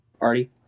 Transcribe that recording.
Artie